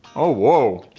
oh whoa?